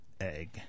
egg